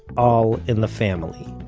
all in the family